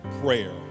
prayer